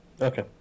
Okay